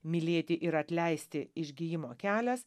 mylėti ir atleisti išgijimo kelias